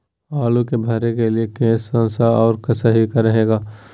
आलू के भरे के लिए केन सा और सही रहेगा?